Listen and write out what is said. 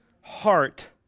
heart